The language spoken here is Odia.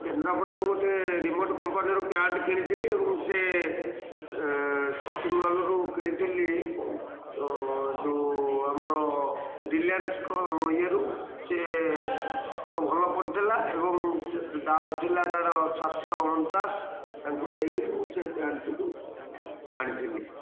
କେନ୍ଦ୍ରାପଡ଼ାରୁ ଗୋଟେ ରିମୋଟ୍ କମ୍ପାନୀରୁ ପ୍ୟାଣ୍ଟ କିଣିଥିଲି ଏବଂ ସେ ସପିଂ ମଲ୍ରୁ କିଣିଥିଲି ଯେଉଁ ଆମର ରିଲାଏନ୍ସ ଇଏରୁ ସେ ମୋର ଭଲ ପଡ଼ିଥିଲା ଏବଂ ଦାମ ଥିଲା ତା'ର ସାତଶହ ଅଣଚାଶ ତାଙ୍କୁ ଦେଇ କରି ମୁଁ ସେ ପ୍ୟାଣ୍ଟଟିକୁ ଆଣିଥିଲି